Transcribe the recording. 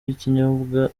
ikinyobwa